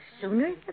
sooner